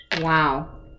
Wow